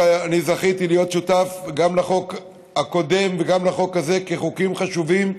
אני זכיתי להיות שותף גם לחוק הקודם וגם לחוק הזה כחוקים חשובים,